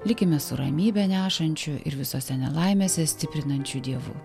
likime su ramybę nešančiu ir visose nelaimėse stiprinančiu dievu